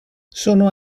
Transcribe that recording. sono